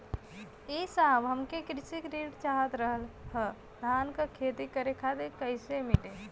ए साहब हमके कृषि ऋण चाहत रहल ह धान क खेती करे खातिर कईसे मीली?